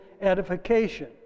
edification